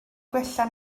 gwella